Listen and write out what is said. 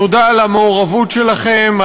תודה על המעורבות שלכם,